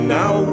now